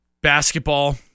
Basketball